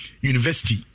University